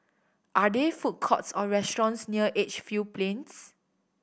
are there food courts or restaurants near Edgefield Plains